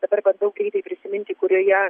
dabar bandau greitai prisiminti kurioje